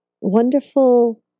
wonderful